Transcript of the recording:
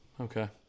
Okay